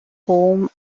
whom